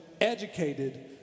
educated